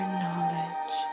knowledge